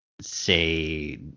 say